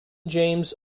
james